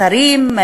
השרים,